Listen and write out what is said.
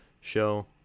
show